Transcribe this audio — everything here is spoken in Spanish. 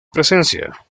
presencia